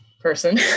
person